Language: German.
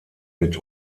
mit